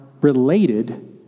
related